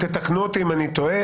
תתקנו אותי אם אני טועה.